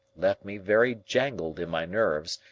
left me very jangled in my nerves,